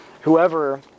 whoever